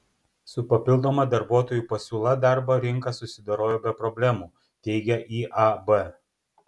su papildoma darbuotojų pasiūla darbo rinka susidorojo be problemų teigia iab